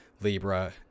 Libra